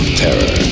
terror